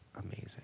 amazing